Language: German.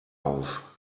auf